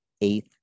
eighth